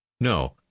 No